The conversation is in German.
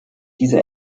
diese